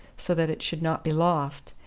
so that it should not be lost,